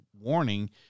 warning